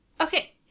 Okay